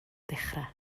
dechrau